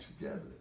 together